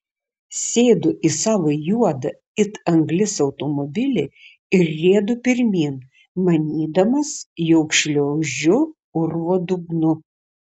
sėdu į savo juodą it anglis automobilį ir riedu pirmyn manydamas jog šliaužiu urvo dugnu